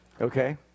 Okay